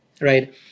right